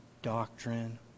doctrine